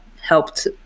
helped